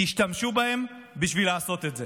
תשתמשו בהם כדי לעשות את זה.